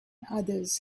others